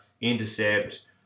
intercept